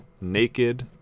Naked